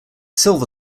silver